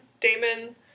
Damon